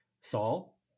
Saul